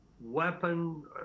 weapon